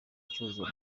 ibicuruzwa